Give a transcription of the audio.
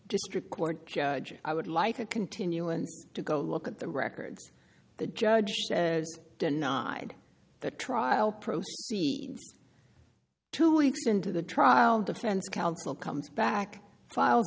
district court judge i would like a continuance to go look at the records the judge has denied the trial proof two weeks into the trial defense counsel comes back filed